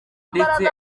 ndetse